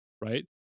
right